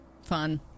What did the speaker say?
fun